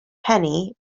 penny